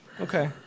Okay